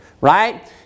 right